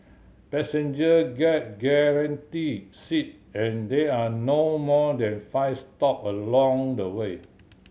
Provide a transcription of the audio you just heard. passenger get guaranteed seat and there are no more than five stop along the way